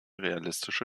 realistische